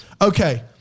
okay